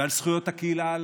ועל זכויות הקהילה